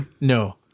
No